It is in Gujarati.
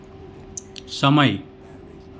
સમય